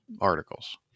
articles